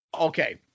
Okay